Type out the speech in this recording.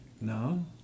No